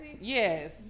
yes